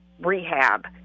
rehab